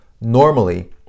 normally